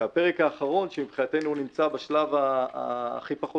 והפרק האחרון שהוא מבחינתנו נמצא בשלב הכי פחות